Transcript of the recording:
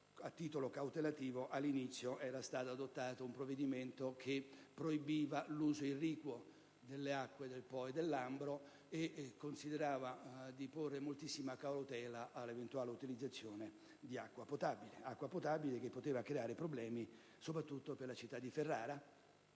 A titolo cautelativo, comunque, all'inizio era stato adottato un provvedimento che proibiva l'uso irriguo delle acque del Po e del Lambro e consigliava di porre moltissima cautela nell'eventuale utilizzo di acqua potabile: questo poteva creare problemi soprattutto per la città di Ferrara,